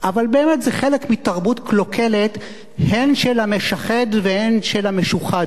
אבל באמת זה חלק מתרבות קלוקלת הן של המשחד והן של המשוחד.